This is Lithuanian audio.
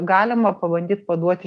galima pabandyt paduoti